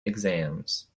exams